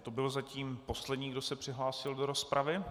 To byl zatím poslední, kdo se přihlásil do rozpravy.